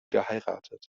geheiratet